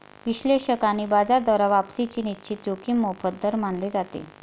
विश्लेषक आणि बाजार द्वारा वापसीची निश्चित जोखीम मोफत दर मानले जाते